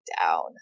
down